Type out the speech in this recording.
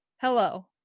hello